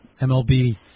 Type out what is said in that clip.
MLB